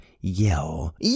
yell